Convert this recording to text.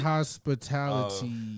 Hospitality